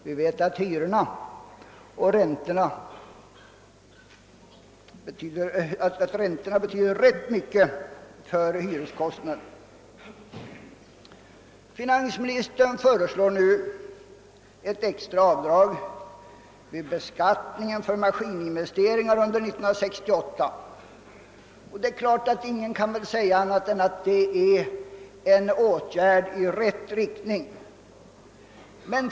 Vi vet att räntorna betyder ganska mycket för hyreskostnaderna. Finansministern föreslår nu ett extra avdrag vid beskattningen för maskininvesteringar under 1968. Ingen kan väl säga annat än att detta är en åtgärd som verkar i rätt riktning.